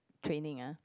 training ah